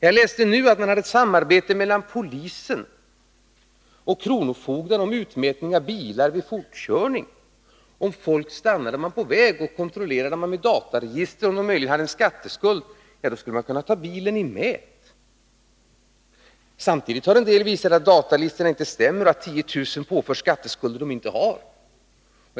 Jag läste att det fanns ett samarbete mellan polis och kronofogde om utmätning av bilar vid fortkörning. När folk var på väg hejdades de, och man kontrollerade i dataregister om de möjligen hade någon skatteskuld — och då skulle bilen kunna tas i mät. Samtidigt har några visat att datalistorna inte stämmer och att 10 000 människor påförs skatteskulder som de inte har.